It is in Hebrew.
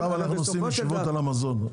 עכשיו אנחנו עושים ישיבות על המזון.